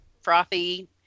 frothy